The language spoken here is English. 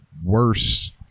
worse